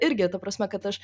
irgi ta prasme kad aš